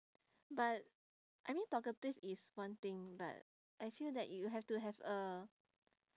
but I mean talkative is one thing but I feel that you have to a